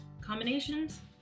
combinations